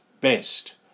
best